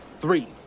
Three